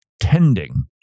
tending